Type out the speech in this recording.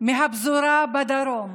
בפזורה בדרום,